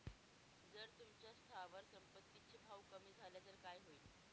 जर तुमच्या स्थावर संपत्ती चे भाव कमी झाले तर काय होईल?